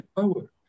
power